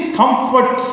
comfort